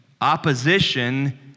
opposition